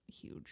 huge